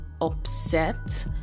upset